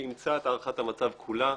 שאימצה את הערכת המצב כולה.